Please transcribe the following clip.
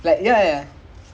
french தானே அவன்:dhaanae avan